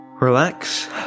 Relax